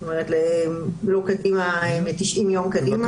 זאת אומרת 90 יום קדימה.